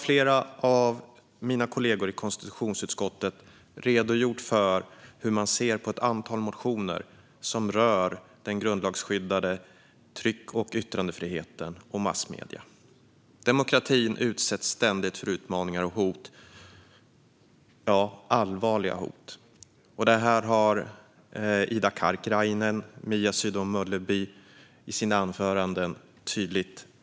Flera av mina kollegor i konstitutionsutskottet har redogjort för hur vi ser på ett antal motioner som rör den grundlagsskyddade tryck och yttrandefriheten och massmedierna. Demokratin utsätts ständigt för utmaningar och hot, allvarliga hot. Detta pekade Ida Karkiainen och Mia Sydow Mölleby tydligt på i sina anföranden.